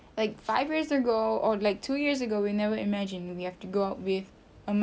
like five years ago or like two years ago we never imagine we have to go out with a mask